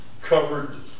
covered